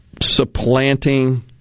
supplanting